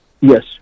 yes